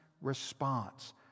response